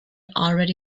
already